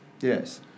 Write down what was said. Yes